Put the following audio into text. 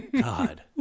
God